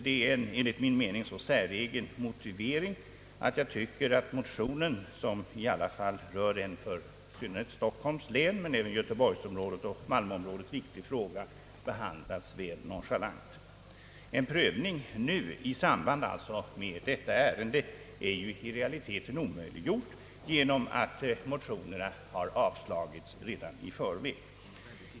Det är enligt min mening en så säregen motivering att jag tycker att motionen, som i alla fall rör en för i synnerhet Stockholms län men även göteborgsoch malmöområdena viktig fråga, har behandlats väl nonchalant. En prövning nu, alltså i samband med detta ärende, är ju i realiteten omöjliggjord genom att motionerna har avslagits redan i förväg.